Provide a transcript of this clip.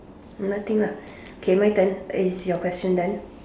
nothing lah K my turn it's your question then